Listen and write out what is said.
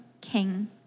King